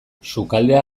sukaldea